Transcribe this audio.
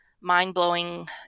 mind-blowing